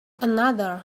another